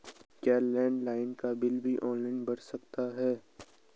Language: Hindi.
क्या लैंडलाइन का बिल भी ऑनलाइन भरा जा सकता है?